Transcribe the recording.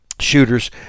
shooters